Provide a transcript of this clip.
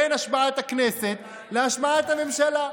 בין השבעת הכנסת להשבעת הממשלה.